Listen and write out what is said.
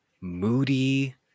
moody